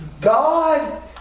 God